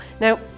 Now